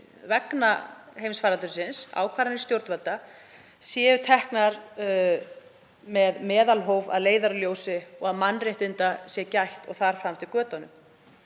með því að ákvarðanir stjórnvalda séu teknar með meðalhóf að leiðarljósi og að mannréttinda sé gætt og þar fram eftir götunum.